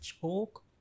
choke